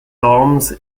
arms